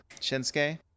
Shinsuke